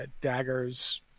Daggers